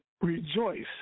rejoice